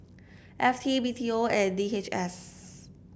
F T B T O and D H S